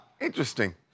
Interesting